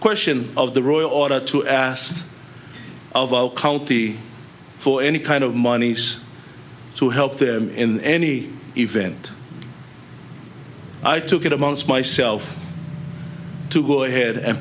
question of the royal order to ask of our county for any kind of monies to help them in any event i took it amongst myself to go ahead and